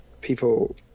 people